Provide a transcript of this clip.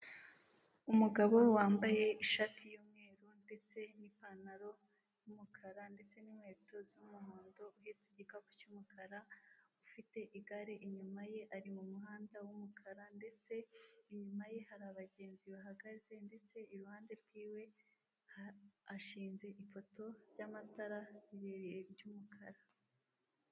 Umugabo wambaye ishati y'umweru ndetse n'ipantaro y'umukara ndetse n'inkweto z'umuhondo uhetse igikapu cy'umukara ufite igare inyuma ye. Ari mu muhanda w'umukara ndetse inyuma ye hari abagenzi bahagaze ndetse iruhande rw'iwe hashinze ipoto ry'amatara rirerire ry'umukara.